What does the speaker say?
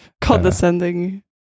Condescending